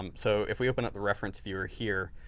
um so if we open up the reference viewer here,